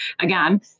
again